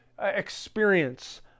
experience